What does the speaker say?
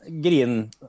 Gideon